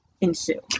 ensue